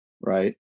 right